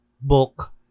book